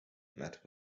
met